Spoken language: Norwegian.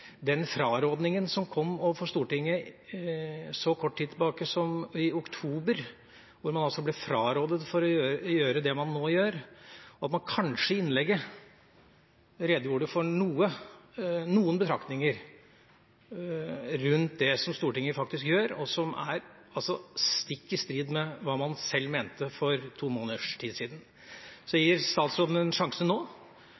Stortinget for så kort tid siden som i oktober, da man ble frarådet å gjøre det man nå gjør, og om man i innlegget kunne redegjøre for noen betraktninger rundt det som Stortinget faktisk gjør, og som er stikk i strid med hva man sjøl mente for to måneders tid siden. Jeg gir statsråden en sjanse nå.